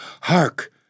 Hark